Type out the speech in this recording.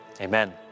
amen